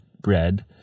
bread